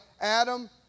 Adam